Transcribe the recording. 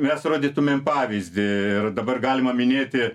mes rodytumėm pavyzdį ir dabar galima minėti